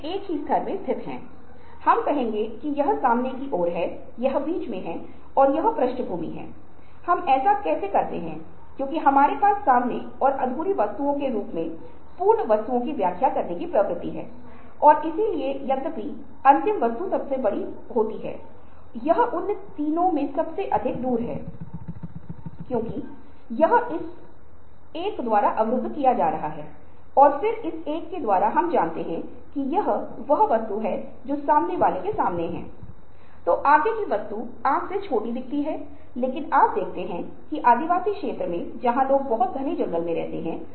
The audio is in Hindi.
वे स्वतंत्र और रुचि रखते हैं वे अमूर्त समस्याओं में रुचि रखते हैं और साथ ही वे अस्पष्टता और अनिश्चितता के लिए उच्च सहिष्णुता रखते हैं